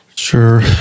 Sure